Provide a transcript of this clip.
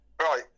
right